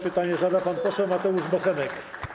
Pytanie zada pan poseł Mateusz Bochenek.